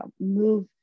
move